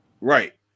Right